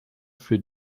für